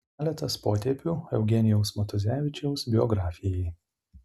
keletas potėpių eugenijaus matuzevičiaus biografijai